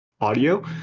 audio